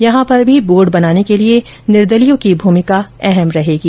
यहां पर भी बोर्ड बनाने को लिए निर्दलीयों की भूमिका अहम रहेगी